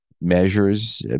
measures